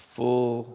full